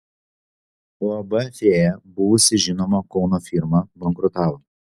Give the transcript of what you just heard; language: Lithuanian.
uab fėja buvusi žinoma kauno firma bankrutavo